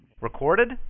recorded